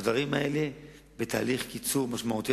הדברים האלה בתהליך קיצור משמעותי.